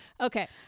Okay